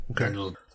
Okay